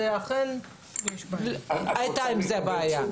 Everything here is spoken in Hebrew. ואכן הייתה עם זה בעיה.